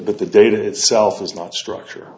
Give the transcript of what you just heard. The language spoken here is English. but the data itself is not structure